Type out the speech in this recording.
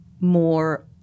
more